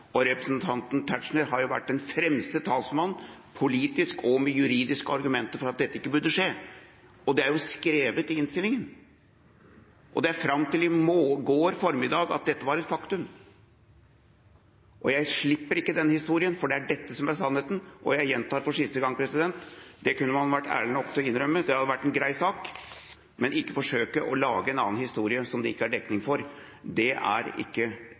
behandlingen. Representanten Tetzschner har vært den fremste talsmann politisk – og med juridiske argumenter – for at dette ikke burde skje, og det er skrevet i innstillinga. Fram til i går formiddag var dette et faktum. Jeg slipper ikke denne historien, for det er dette som er sannheten, og jeg gjentar for siste gang: Det kunne man vært ærlig nok til å innrømme. Det hadde vært en grei sak, men ikke å forsøke å lage en annen historie, som det ikke er dekning for. Det er ikke